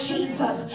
Jesus